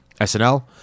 SNL